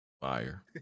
Fire